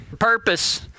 purpose